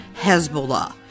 Hezbollah